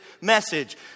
message